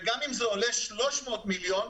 וגם אם זה עולה 300 מיליון,